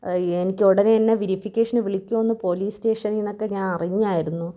എനിക്ക് ഉടനെ തന്നെ വെരിഫിക്കേഷന് വിളിക്കുവോന്ന് പോലീസ് സ്റ്റേഷനീന്നക്കെ ഞാൻ അറിഞ്ഞായിരുന്നു